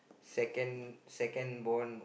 second second born